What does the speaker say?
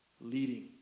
leading